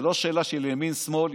זו לא שאלה של ימין שמאל,